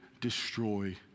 destroy